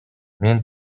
мен